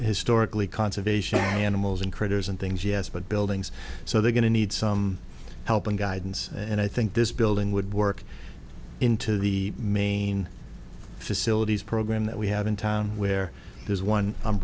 historically conservation animals and critters and things yes but buildings so they're going to need some help and guidance and i think this building would work into the main facilities program that we have in town where there's one um